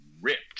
ripped